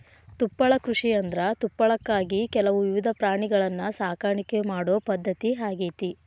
ತುಪ್ಪಳ ಕೃಷಿಯಂದ್ರ ತುಪ್ಪಳಕ್ಕಾಗಿ ಕೆಲವು ವಿಧದ ಪ್ರಾಣಿಗಳನ್ನ ಸಾಕಾಣಿಕೆ ಮಾಡೋ ಪದ್ಧತಿ ಆಗೇತಿ